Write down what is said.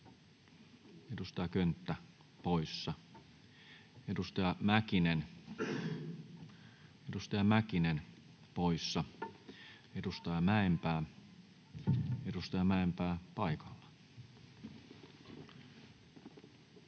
edustaja Könttä poissa. Edustaja Mäkinen, edustaja Mäkinen poissa. — Edustaja Mäenpää,